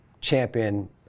champion